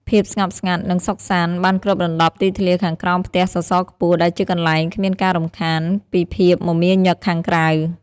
ភាពស្ងប់ស្ងាត់ និងសុខសាន្តបានគ្របដណ្ដប់ទីធ្លាខាងក្រោមផ្ទះសសរខ្ពស់ ដែលជាកន្លែងគ្មានការរំខានពីភាពមមាញឹកខាងក្រៅ។